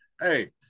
Hey